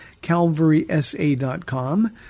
calvarysa.com